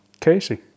Casey